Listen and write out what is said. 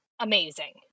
amazing